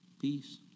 peace